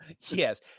Yes